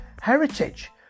heritage